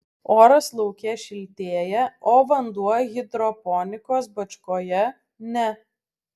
oras lauke šiltėja o vanduo hidroponikos bačkoje ne